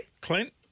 Clint